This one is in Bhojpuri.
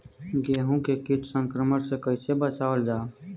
गेहूँ के कीट संक्रमण से कइसे बचावल जा?